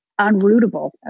unrootable